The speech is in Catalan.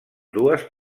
dues